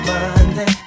Monday